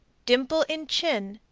dimple in chin.